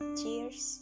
cheers